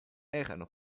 erano